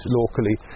locally